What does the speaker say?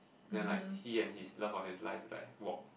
then like he and his love of life like walk